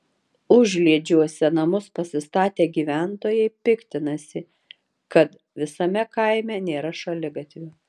užliedžiuose namus pasistatę gyventojai piktinasi kad visame kaime nėra šaligatvių